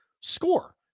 score